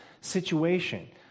situation